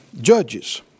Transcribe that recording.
Judges